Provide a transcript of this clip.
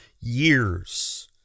years